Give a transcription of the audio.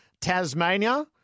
Tasmania